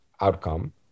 outcome